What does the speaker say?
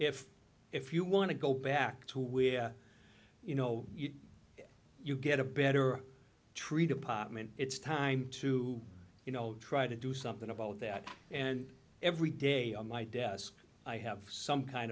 if if you want to go back to where you know you get a better tree department it's time to you know try to do something about that and every day on my desk i have some kind